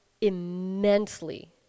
immensely